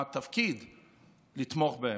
התפקיד שלנו הוא לתמוך בהם.